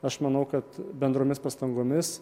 aš manau kad bendromis pastangomis